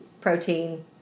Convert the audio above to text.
protein